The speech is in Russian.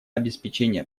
обеспечение